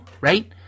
right